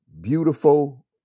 beautiful